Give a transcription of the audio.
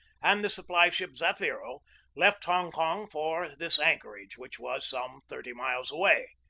and the supply ship zafiro left hong kong for this anchor age, which was some thirty miles away.